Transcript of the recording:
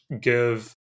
give